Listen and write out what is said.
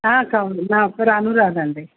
అక్క ఉంది నా పేరు అనురాధ అండి